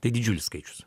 tai didžiulis skaičius